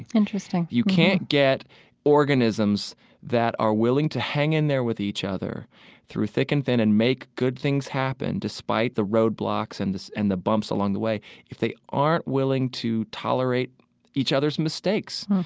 interesting you can't get organisms that are willing to hang in there with each other through thick and thin and make good things happen despite the roadblocks and and the bumps along the way if they aren't willing to tolerate each other's mistakes.